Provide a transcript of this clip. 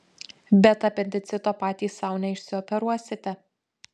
bet apendicito patys sau neišsioperuosite